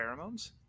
pheromones